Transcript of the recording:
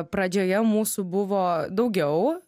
pradžioje mūsų buvo daugiau